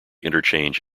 interchange